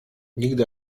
nigdy